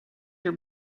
your